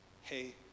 hey